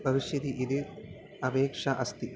भविष्यति इति अपेक्षा अस्ति